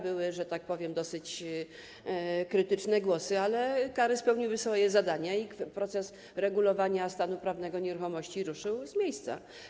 Były, że tak powiem, dosyć krytyczne głosy, ale kary spełniły swoją funkcję i proces regulowania stanu prawnego nieruchomości ruszył z miejsca.